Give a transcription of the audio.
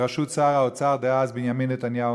בראשות שר האוצר דאז בנימין נתניהו,